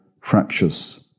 fractious